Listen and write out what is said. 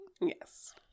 Yes